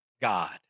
God